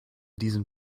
diesen